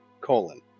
colon